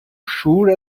sure